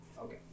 Okay